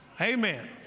Amen